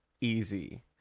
easy